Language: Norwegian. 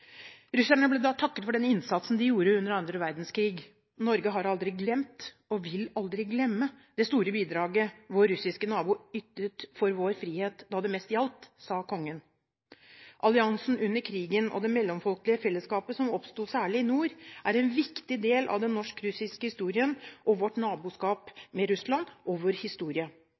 ble da takket for den innsatsen de gjorde under 2. verdenskrig. «Norge har aldri glemt, og vil aldri glemme, det store bidrag vår russiske nabo ytet for vår frihet da det mest gjaldt», sa kongen. Alliansen under krigen og det mellomfolkelige fellesskapet som oppsto, særlig i nord, er en viktig del av den norsk-russiske historien, vårt naboskap